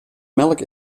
melk